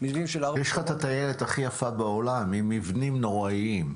יש לך את הטיילת הכי יפה בעולם עם מבנים נוראיים.